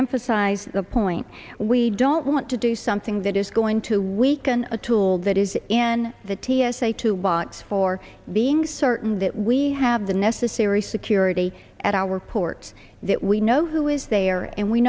emphasize the point we don't want to do something that is going to weaken a tool that is in the t s a to box for being certain that we have the necessary security at our ports that we know who is they are and we